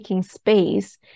space